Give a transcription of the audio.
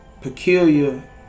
peculiar